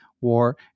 war